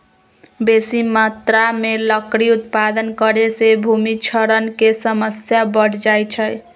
बेशी मत्रा में लकड़ी उत्पादन करे से भूमि क्षरण के समस्या बढ़ जाइ छइ